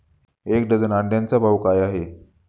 एक डझन अंड्यांचा भाव काय आहे?